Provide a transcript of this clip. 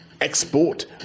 export